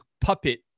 puppet